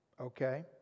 Okay